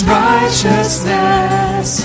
righteousness